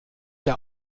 der